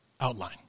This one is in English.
outline